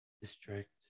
District